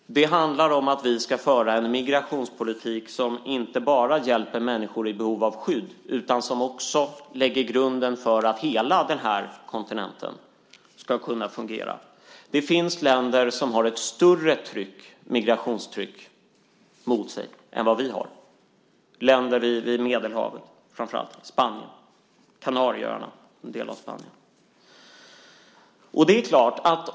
Det handlar om att vi ska föra en migrationspolitik som inte bara hjälper människor i behov av skydd utan som också lägger grunden för att hela den här kontinenten ska kunna fungera. Det finns länder som har ett större migrationstryck än vad vi har, länder vid Medelhavet, framför allt Spanien och Kanarieöarna som är en del av Spanien.